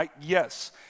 Yes